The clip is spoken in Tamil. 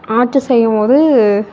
ஆட்சி செய்யும்போது